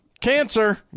Cancer